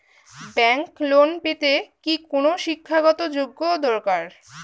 Bank loan পেতে কি কোনো শিক্ষা গত যোগ্য দরকার?